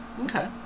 Okay